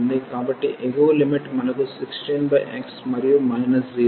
కాబట్టి ఎగువ లిమిట్ మనకు 16x మరియు మైనస్ 0